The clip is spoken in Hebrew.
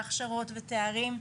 והכשרות ותארים.